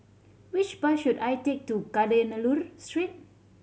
which bus should I take to Kadayanallur Street